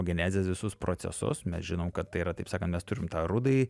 genezės visus procesus mes žinom kad tai yra taip sakant mes turime tą rudąjį